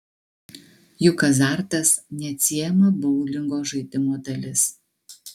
juk azartas neatsiejama boulingo žaidimo dalis